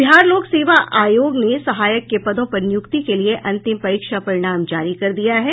बिहार लोक सेवा आयोग ने सहायक के पदों पर नियुक्ति के लिए अंतिम परीक्षा परिणाम जारी कर दिया है